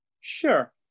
Sure